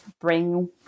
bring